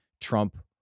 trump